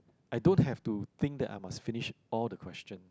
I don't have to think that I must finish all the question